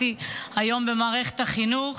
להערכתי היום במערכת החינוך,